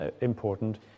important